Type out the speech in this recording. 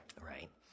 Right